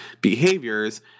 behaviors